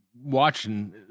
Watching